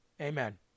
Amen